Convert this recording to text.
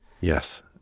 Yes